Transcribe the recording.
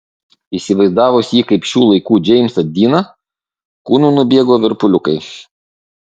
įsivaizdavus jį kaip šių laikų džeimsą diną kūnu nubėgo virpuliukai